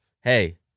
hey